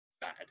bad